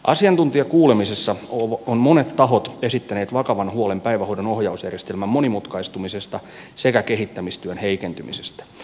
asiantuntijakuulemisessa ovat monet tahot esittäneet vakavan huolen päivähoidon ohjausjärjestelmän monimutkaistumisesta sekä kehittämistyön heikentymisestä